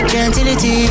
Gentility